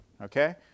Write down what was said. okay